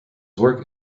work